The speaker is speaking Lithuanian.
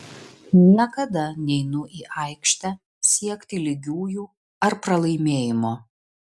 niekada neinu į aikštę siekti lygiųjų ar pralaimėjimo